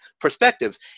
perspectives